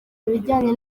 bijyanye